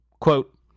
Quote